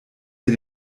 sie